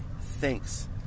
Thanks